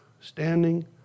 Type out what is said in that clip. standing